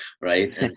right